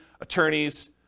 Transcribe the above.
attorneys